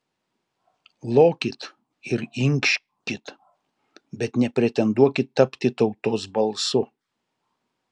lokit ir inkškit bet nepretenduokit tapti tautos balsu